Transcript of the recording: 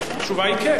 התשובה היא: כן.